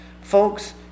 Folks